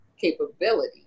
capability